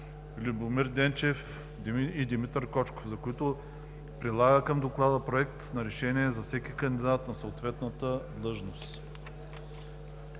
Любомир Денчев и Димитър Кочков, за което прилага към Доклада проект на решение за всеки кандидат за съответната длъжност.“